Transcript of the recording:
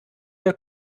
der